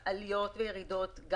אנחנו רואים עליות וגם ירידות,